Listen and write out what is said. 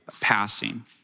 passing